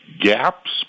gaps